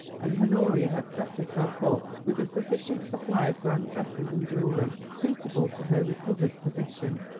and honoria had set herself up with a sufficient supply of grand dresses and jewellery, suitable to her recovered position.